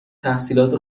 تحصیلات